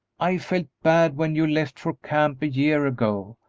i felt bad when you left for camp a year ago,